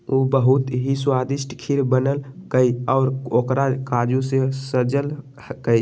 उ बहुत ही स्वादिष्ट खीर बनल कई और ओकरा काजू से सजल कई